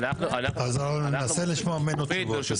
ננסה לשמוע ממנו תשובות.